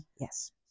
Yes